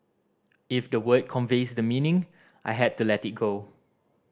if the word conveys the meaning I had to let it go